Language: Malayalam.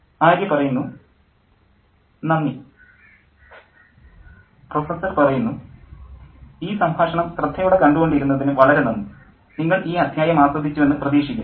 ആര്യ നന്ദി പ്രൊഫസ്സർ ഈ സംഭാഷണം ശ്രദ്ധയോടെ കണ്ടു കൊണ്ടിരുന്നതിന് വളരെ നന്ദി നിങ്ങൾ ഈ അദ്ധ്യായം ആസ്വദിച്ചുവെന്ന് പ്രതീക്ഷിക്കുന്നു